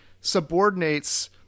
subordinates